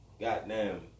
Goddamn